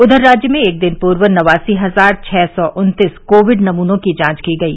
उधर राज्य में एक दिन पूर्व नवासी हजार छः सौ उत्तीस कोविड नमूनों की जांच की गई